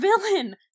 villain